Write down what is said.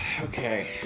Okay